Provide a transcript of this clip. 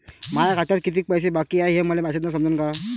माया खात्यात कितीक पैसे बाकी हाय हे मले मॅसेजन समजनं का?